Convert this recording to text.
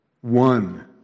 one